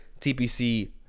TPC